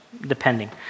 depending